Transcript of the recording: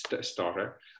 starter